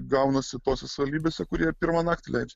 gaunasi tose savivaldybėse kur jie pirmą naktį leidžia